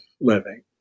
living